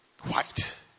White